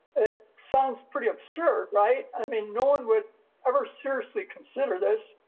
it sounds pretty absurd, right? i mean, no one would ever seriously consider this.